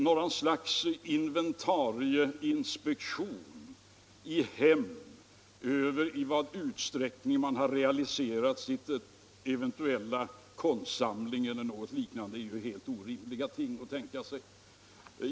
Ett slags inventarieinspektion i hem för att undersöka i vilken utsträckning man har realiserat sin eventuella konstsamling eller något liknande är det ju helt orimligt att tänka sig.